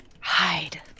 Hide